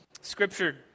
Scripture